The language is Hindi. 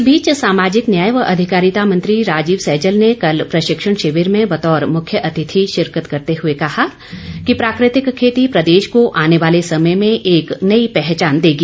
इस बीच सामाजिक न्याय व अधिकारिता मंत्री राजीव सैजल ने कल प्रशिक्षण शिविर में बतौर मुख्यातिथि शिरकत करते हुए कहा कि प्राकृतिक खेती प्रदेश को आने वाले समय में एक नई पहचान देगी